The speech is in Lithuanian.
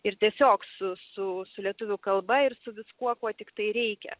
ir tiesiog su su su lietuvių kalba ir su viskuo kuo tiktai reikia